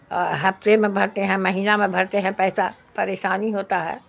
ہپتے میں بھرتے ہیں مہینہ میں بھرتے ہیں پیسہ پریشانی ہوتا ہے